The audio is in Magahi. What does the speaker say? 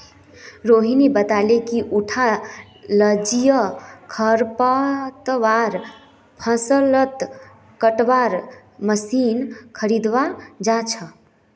रोहिणी बताले कि उटा जलीय खरपतवार फ़सलक कटवार मशीन खरीदवा चाह छ